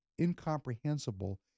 incomprehensible